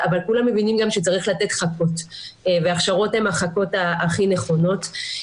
אבל גם כולם מבינים שצריך לתת חכות וההכשרות הן החכות הכי נכונות.